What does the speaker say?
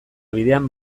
bidean